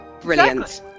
Brilliant